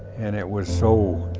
and it was so,